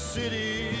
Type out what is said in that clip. city